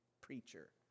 preacher